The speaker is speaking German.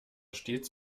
stets